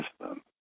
system